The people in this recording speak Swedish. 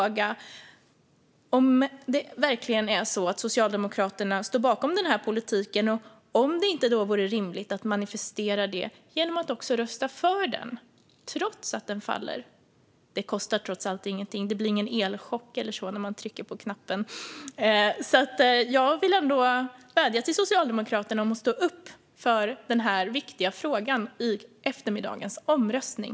Om det verkligen är så att Socialdemokraterna står bakom den här politiken, vore det då inte rimligt att manifestera det genom att rösta för vår reservation, trots att den faller? Det kostar trots allt ingenting. Det blir ingen elchock eller så när man trycker på knappen. Jag vill ändå vädja till Socialdemokraterna att stå upp för den här viktiga frågan i eftermiddagens omröstning.